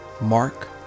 Mark